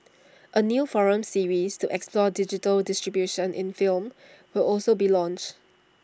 A new forum series to explore digital distribution in film will also be launched